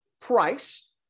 price